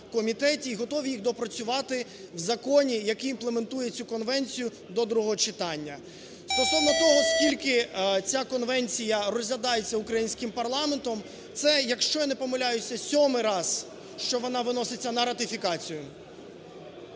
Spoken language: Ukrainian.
і готові їх доопрацювати в законі, який імплементує цю конвенцію до другого читання. Стосовно того, скільки ця конвенція розглядається українським парламентом. Це, якщо я не помиляюся, сьомий раз, що вона виноситься на ратифікацію.